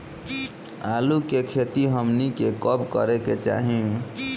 आलू की खेती हमनी के कब करें के चाही?